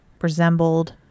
resembled